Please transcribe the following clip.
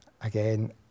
again